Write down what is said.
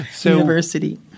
University